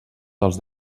dels